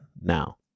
now